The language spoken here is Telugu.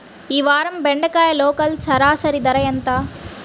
ఈ వారం బెండకాయ లోకల్ సరాసరి ధర ఎంత?